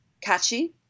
catchy